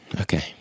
Okay